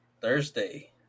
Thursday